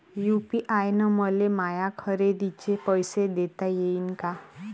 UPI न मले माया खरेदीचे पैसे देता येईन का?